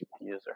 user